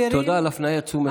תודה על הפניית תשומת הלב.